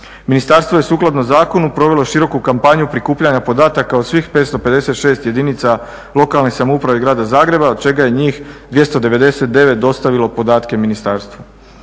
Ministarstvo je sukladno zakonu provelo široku kampanju prikupljanja podataka od svih 556 jedinica lokalne samouprave i Grada Zagreba od čega je njih 299 dostavilo podatke ministarstvu.